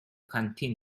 canteen